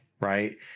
Right